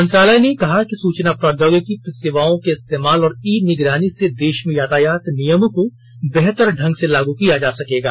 मंत्रालय ने कहा कि सूचना प्रौद्योगिकी सेवाओं के इस्तेमाल और ई निगरानी से देश में यातायात नियमों को बेहतर ढंग से लागू किया जा सकेगा